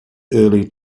early